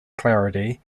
clarity